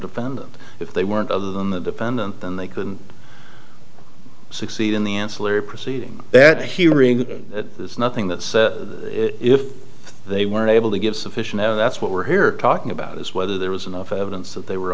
defendant if they weren't other than the defendant then they couldn't succeed in the ancillary proceeding that hearing that there's nothing that says if they weren't able to give sufficient and that's what we're here talking about is whether there was enough evidence that they were